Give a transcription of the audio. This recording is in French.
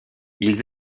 ils